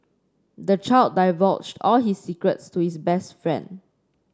the child divulged all his secrets to his best friend